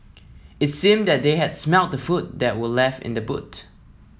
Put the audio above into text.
it seemed that they had smelt the food that were left in the boot